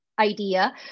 Idea